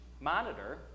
monitor